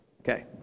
Okay